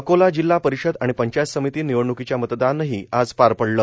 अकोला जिल्हा परिषद आणि पंचायत समिती निवडण्कीच्या मतदानही आज पार पडलं